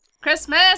Christmas